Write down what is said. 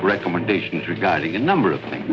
recommendations regarding a number of things